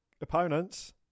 opponents